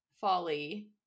Folly